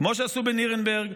כמו שעשו בנירנברג,